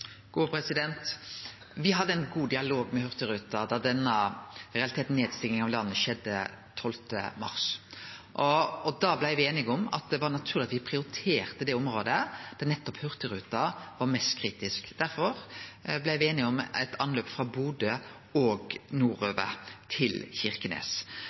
hadde ein god dialog med Hurtigruten da det som i realiteten var ei nedstenging av landet, skjedde 12. mars. Da blei me einige om at det var naturleg at me prioriterte det området der Hurtigruten var mest kritisk. Derfor blei me einige om eit anløp frå Bodø og nordover til Kirkenes.